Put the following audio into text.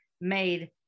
made